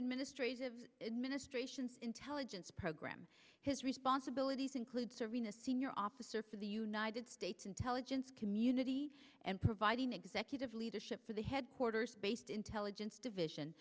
administration ministrations intelligence program his responsibilities include serina senior officer for the united states intelligence community and providing executive leadership for the headquarters based intelligence division